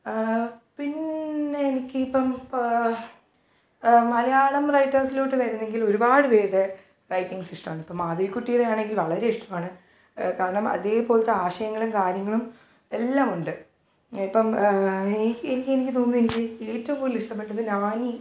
പിന്നെ എനിക്കിപ്പം മലയാളം റൈറ്റേർസിലോട്ട് വരുന്നെങ്കിൽ ഒരുപാട്പേരുടെ റൈറ്റിങ്ങിഷ്ടവാണ് ഇപ്പം മാധവിക്കുട്ടീടെ ആണെങ്കിൽ വളരെ ഇഷ്ടവാണ് കാരണം അതേപോലത്തെ ആശയങ്ങളും കാര്യങ്ങളും എല്ലാമുണ്ട് ഇപ്പം എനിക്കെനിക്ക് എനിക്ക് തോന്നുന്നു എനിക്കേറ്റോം കൂടുതലിഷ്ടപ്പെട്ടത് നവാനി